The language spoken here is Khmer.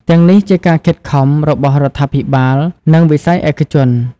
ទាំងនេះជាការខិតខំរបស់រដ្ឋាភិបាលនិងវិស័យឯកជន។